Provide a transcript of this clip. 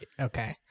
Okay